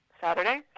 Saturday